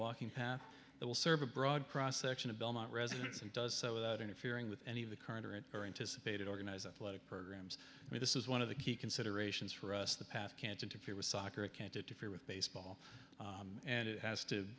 walking path that will serve a broad cross section of belmont residents and does so without interfering with any of the current or it or anticipated organize athletic programs and this is one of the key considerations for us the past can't interfere with soccer it can't interfere with baseball and it has to